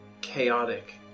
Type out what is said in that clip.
chaotic